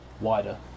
wider